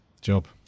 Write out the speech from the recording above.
job